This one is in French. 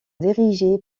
dirigé